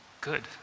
good